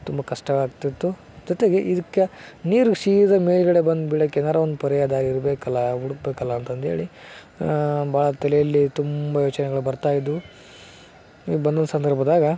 ತುಂಬ ಕಷ್ಟವಾಗ್ತಿತ್ತು ಜೊತೆಗೆ ಇದಕ್ಕೆ ನೀರು ಸೀದ ಮೇಲುಗಡೆ ಬಂದು ಬೀಳಕ್ಕೆ ಏನಾದ್ರು ಒಂದು ಪರಿಯಾದ ಇರಬೇಕಲ್ಲ ಹುಡುಕ್ಬೇಕಲ್ಲ ಅಂತಂದೇಳಿ ಭಾಳ ತಲೆಯಲ್ಲಿ ತುಂಬ ಯೋಚನೆಗಳು ಬರ್ತಾ ಇದ್ದವು ಈ ಬಂದಂಥ ಸಂದರ್ಭದಾಗ